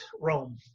rome